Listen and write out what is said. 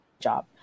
job